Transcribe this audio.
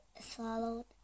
swallowed